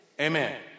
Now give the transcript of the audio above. Amen